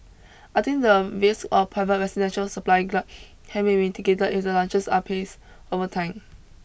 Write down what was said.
I think the risk of private residential supply glut can be mitigated if the lunches are paced over time